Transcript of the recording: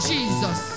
Jesus